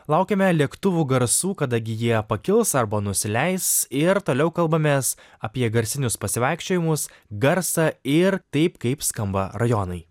laukiame lėktuvų garsų kada gi jie pakils arba nusileis ir toliau kalbamės apie garsinius pasivaikščiojimus garsą ir taip kaip skamba rajonai